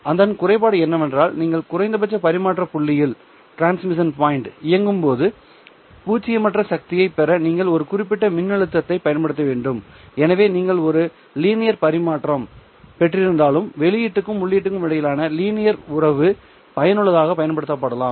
அதன் குறைபாடு என்னவென்றால் நீங்கள் குறைந்தபட்ச பரிமாற்ற புள்ளியில் இயங்கும்போது பூஜ்ஜியமற்ற சக்தியைப் பெற நீங்கள் ஒரு குறிப்பிட்ட மின்னழுத்தத்தைப் பயன்படுத்த வேண்டும் எனவே நீங்கள் ஒரு லீனியர் பரிமாற்றம் பெற்றிருந்தாலும் வெளியீட்டுக்கும் உள்ளீட்டிற்கும் இடையிலான லீனியர் உறவு பயனுள்ளதாக பயன்படுத்தப்படலாம்